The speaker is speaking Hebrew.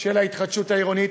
של ההתחדשות העירונית.